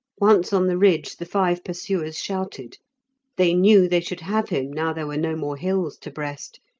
once on the ridge the five pursuers shouted they knew they should have him now there were no more hills to breast.